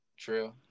True